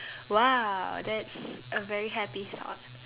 !wow! that's a very happy thought